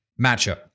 matchup